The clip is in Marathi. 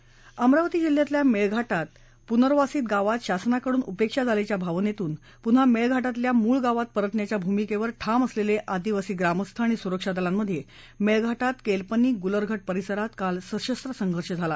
महाराष्ट्रात अमरावती जिल्ह्यातल्या मेळघाटात पुनर्वसित गावात शासनाकडून उपेक्षा झाल्याच्या भावनेतून पुन्हा मेळघाटातल्या मूळ गावात परतण्याच्या भूमिकेवर ठाम असलेले आदिवासी ग्रामस्थ आणि सुरक्षा दलामध्ये मेळघाटात केलपनी गुलरघट परिसरात काल सशस्त्व संघर्ष झाला